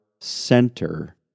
center